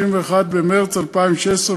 31 במרס 2016,